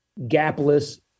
gapless